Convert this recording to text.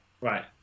Right